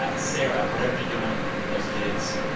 ah sarah, whatever you're doing with those kids,